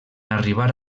arribar